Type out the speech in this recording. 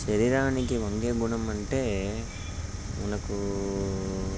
శరీరానికి వంగే గుణం అంటే మనకు